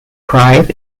cried